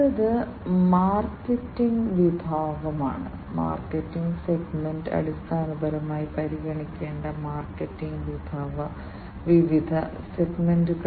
ഇതൊരു ഓക്സിജൻ സെൻസറാണ് ഇതാണ് ഓക്സിജൻ സെൻസർ ഇവിടെയും നിങ്ങൾക്ക് കണക്റ്റിവിറ്റി ആവശ്യങ്ങൾക്കായി മൂന്ന് വ്യത്യസ്ത പിന്നുകൾ ഉണ്ട്